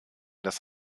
das